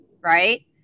right